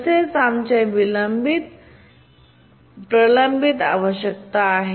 तसेच आमच्या विलंबित प्रलंबित आवश्यकता आहेत